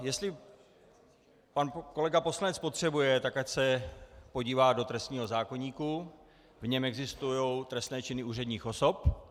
Jestli pan kolega poslanec potřebuje, tak ať se podívá do trestního zákoníku, v něm existují trestné činy úředních osob.